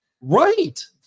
right